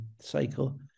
cycle